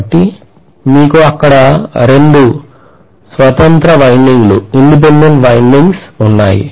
కాబట్టి మీకు అక్కడ రెండు స్వతంత్ర వైండింగ్లు ఉన్నాయి